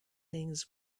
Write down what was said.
things